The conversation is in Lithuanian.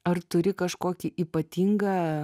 ar turi kažkokį ypatingą